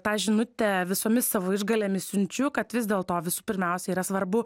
tą žinutę visomis savo išgalėmis siunčiu kad vis dėlto visų pirmiausia yra svarbu